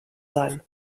sein